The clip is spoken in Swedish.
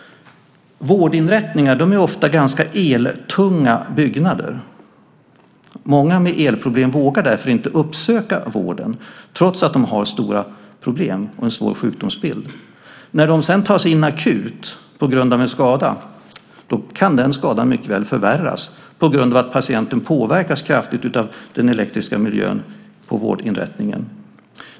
Vårdinrättningar är ofta ganska eltunga byggnader. Många med elproblem vågar därför inte uppsöka vård trots att de har stora problem och en svår sjukdomsbild. När de sedan tas in akut på grund av en skada kan den skadan mycket väl förvärras eftersom patienten påverkas kraftigt av den elektriska miljön på vårdinrättningen.